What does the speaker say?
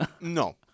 No